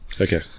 Okay